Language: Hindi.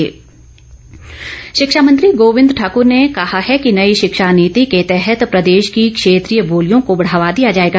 गोविंद ठाकुर शिक्षा मंत्री गोविंद ठाकूर ने कहा है कि नई शिक्षा नीति के तहत प्रदेश की क्षेत्रीय बोलियों को बढ़ावा दिया जाएगा